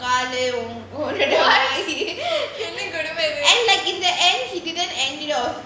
என்ன கொடுமை இது:enna kodumai ithu and like in the end he didn't end it off